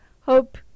Hope